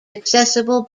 accessible